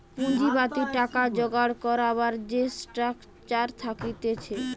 পুঁজিবাদী টাকা জোগাড় করবার যে স্ট্রাকচার থাকতিছে